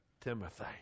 Timothy